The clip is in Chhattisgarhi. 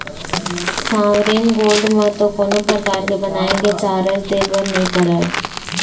सॉवरेन गोल्ड म तो कोनो परकार के बनाए के चारज दे बर नइ पड़य